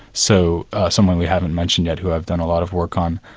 so someone we haven't mentioned yet who i've done a lot of work on,